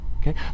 okay